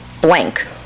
blank